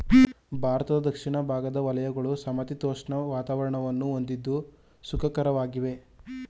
ಭಾರತದ ದಕ್ಷಿಣ ಭಾಗದ ವಲಯಗಳು ಸಮಶೀತೋಷ್ಣ ವಾತಾವರಣವನ್ನು ಹೊಂದಿದ್ದು ಸುಖಕರವಾಗಿದೆ